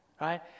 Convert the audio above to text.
right